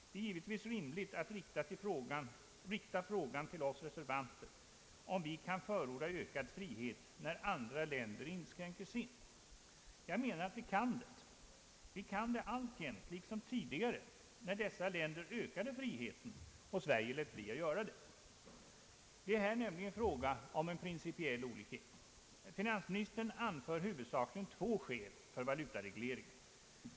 Det är givetvis rimligt att rikta frågan till oss reservanter, om vi kan förorda ökad frihet när andra länder inskränker sin, Jag menar att vi kan det. Vi kan det alltjämt, liksom tidigare, när dessa länder ökade friheten och Sverige lät bli att göra det. Det är här nämligen fråga om en principiell olikhet. Finansministern anför huvudsakligen två skäl för valutaregleringen.